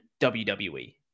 WWE